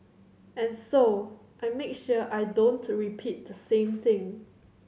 and so I make sure I don't repeat the same thing